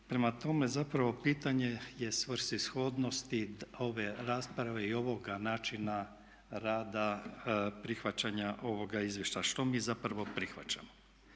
prema tome zapravo pitanje je svrsishodnosti ove rasprave i ovoga načina rada prihvaćanja ovoga izvješća. Što mi zapravo prihvaćamo?